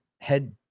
head